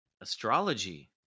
astrology